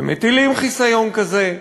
ומטילים חיסיון כזה,